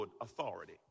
authority